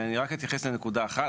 אני רק אתייחס לנקודה אחת,